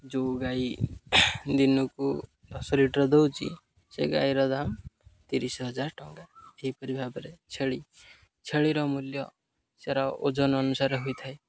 ଯେଉଁ ଗାଈ ଦିନକୁ ଦଶ ଲିଟର୍ ଦେଉଛି ସେ ଗାଈର ଦାମ୍ ତିରିଶ ହଜାର ଟଙ୍କା ଏହିପରି ଭାବରେ ଛେଳି ଛେଳିର ମୂଲ୍ୟ ସେର ଓଜନ ଅନୁସାରେ ହୋଇଥାଏ